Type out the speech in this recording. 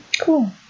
Cool